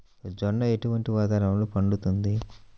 జొన్న ఎటువంటి వాతావరణంలో పండుతుంది?